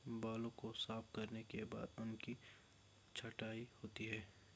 बालों को साफ करने के बाद उनकी छँटाई होती है